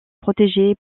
protégée